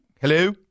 Hello